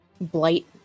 Blight